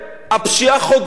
הפשיעה חוגגת